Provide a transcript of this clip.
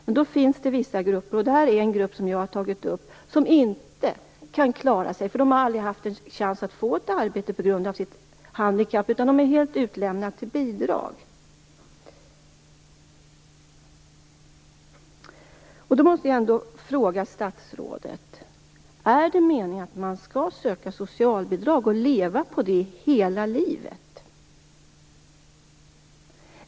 Men det finns vissa grupper - och detta är en grupp som jag har lyft fram - som inte kan klara sig. Dessa människor har aldrig haft en chans att få ett arbete på grund av sitt handikapp, utan de är helt utlämnade till bidrag. Jag måste ändå fråga statsrådet: Är det meningen att man skall söka socialbidrag och leva på det hela livet?